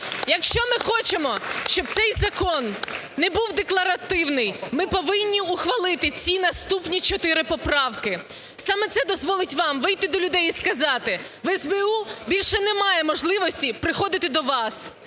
Якщо ми хочемо, щоб цей закон не був декларативний, ми повинні ухвалити ці наступні чотири поправки! Саме це дозволить вам вийти до людей і сказати: "В СБУ більше немає можливості приходити до вас